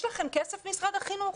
יש לכם כסף למשרד החינוך?